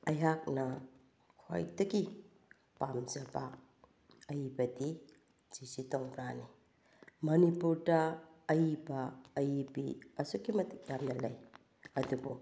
ꯑꯩꯍꯥꯛꯅ ꯈ꯭ꯋꯥꯏꯗꯒꯤ ꯄꯥꯝꯖꯕ ꯑꯏꯕꯗꯤ ꯖꯤ ꯁꯤ ꯇꯣꯡꯕ꯭ꯔꯥꯅꯤ ꯃꯅꯤꯄꯨꯔꯗ ꯑꯏꯕ ꯑꯏꯕꯤ ꯑꯁꯨꯛꯀꯤ ꯃꯇꯤꯛ ꯌꯥꯝꯅ ꯂꯩ ꯑꯗꯨꯕꯨ